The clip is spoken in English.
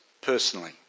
personally